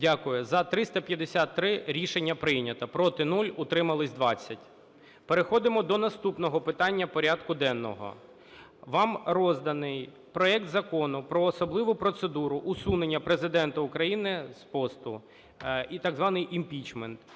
За – 353. Рішення прийнято. Проти – 0. Утримались – 20. Переходимо до наступного питання порядку денного. Вам розданий проект Закону про особливу процедуру усунення Президента України з посту і так званий імпічмент